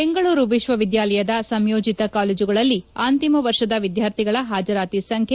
ಬೆಂಗಳೂರು ವಿಶ್ವವಿದ್ಯಾಲಯದ ಸಂಯೋಜಿತ ಕಾಲೇಜುಗಳಲ್ಲಿ ಅಂತಿಮ ವರ್ಷದ ವಿದ್ಯಾರ್ಥಿಗಳ ಹಾಜರಾತಿ ಸಂಖ್ಯೆ